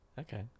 Okay